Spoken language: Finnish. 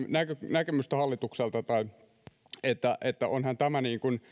näkemystä hallitukselta onhan tämä